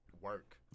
work